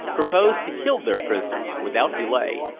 proposed to kill their prisoners, without delay,